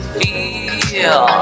feel